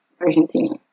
Argentina